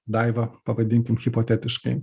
daiva pavadinkim hipotetiškai